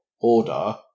order